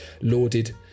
lauded